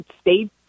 stay